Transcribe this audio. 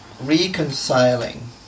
reconciling